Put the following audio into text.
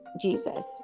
Jesus